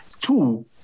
Two